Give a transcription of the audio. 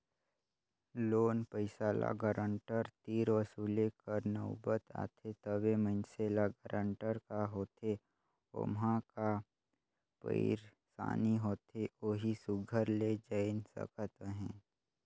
loan पइसा ल guarantor तीर वसूले कर नउबत आथे तबे मइनसे ल गारंटर का होथे ओम्हां का पइरसानी होथे ओही सुग्घर ले जाएन सकत अहे